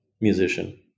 Musician